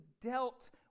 dealt